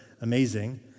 amazing